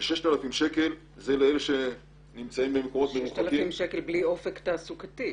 ב-6,000 שקל זה לאלה שנמצאים במקומות --- 6,000 שקל בלי אופק תעסוקתי.